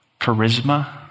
charisma